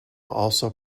also